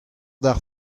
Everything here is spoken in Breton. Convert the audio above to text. d’ar